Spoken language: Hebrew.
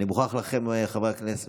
אני מוכרח לומר לכם, חברי הכנסת: